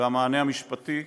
והמענה המשפטי,